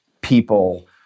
people